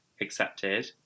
accepted